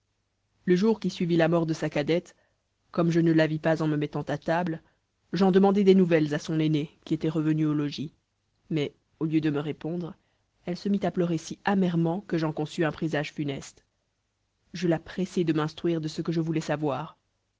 le jour qui suivit la mort de sa cadette comme je ne la vis pas en me mettant à table j'en demandai des nouvelles à son aînée qui était revenue au logis mais au lieu de me répondre elle se mit à pleurer si amèrement que j'en conçus un présage funeste je la pressai de m'instruire de ce que je voulais savoir